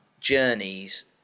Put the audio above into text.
journeys